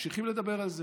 ממשיכים לדבר על זה